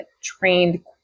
trained